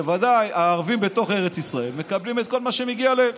בוודאי הערבים בתוך ארץ ישראל מקבלים את כל מה שמגיע להם.